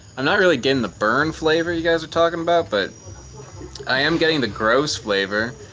i'm not really getting the burn flavor you guys are talking about, but i am getting the gross flavor